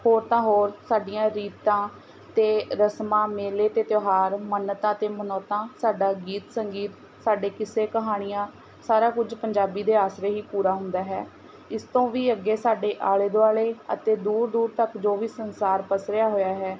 ਹੋਰ ਤਾਂ ਹੋਰ ਸਾਡੀਆਂ ਰੀਤਾਂ ਅਤੇ ਰਸਮਾਂ ਮੇਲੇ ਅਤੇ ਤਿਉਹਾਰ ਮੰਨਤਾਂ ਅਤੇ ਮਨੋਤਾਂ ਸਾਡਾ ਗੀਤ ਸੰਗੀਤ ਸਾਡੇ ਕਿੱਸੇ ਕਹਾਣੀਆਂ ਸਾਰਾ ਕੁਝ ਪੰਜਾਬੀ ਦੇ ਆਸਰੇ ਹੀ ਪੂਰਾ ਹੁੰਦਾ ਹੈ ਇਸ ਤੋਂ ਵੀ ਅੱਗੇ ਸਾਡੇ ਆਲੇ ਦੁਆਲੇ ਅਤੇ ਦੂਰ ਦੂਰ ਤੱਕ ਜੋ ਵੀ ਸੰਸਾਰ ਪੱਸਰਿਆ ਹੋਇਆ ਹੈ